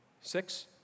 Six